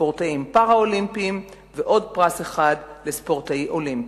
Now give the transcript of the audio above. לספורטאים פראלימפיים ועוד פרס אחד לספורטאי אולימפי.